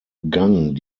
gang